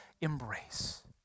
embrace